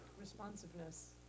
Responsiveness